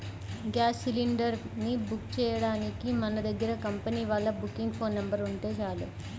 gas cylinder ని book చెయ్యడానికి మన దగ్గర కంపెనీ వాళ్ళ బుకింగ్ ఫోన్ నెంబర్ ఉంటే చాలు